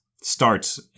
starts